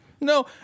No